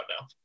now